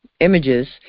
Images